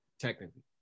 technically